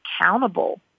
accountable